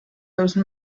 those